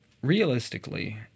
Realistically